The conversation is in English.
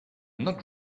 not